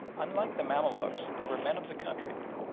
unlike the mamaluks they were men of the country,